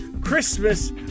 Christmas